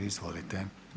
Izvolite.